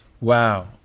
Wow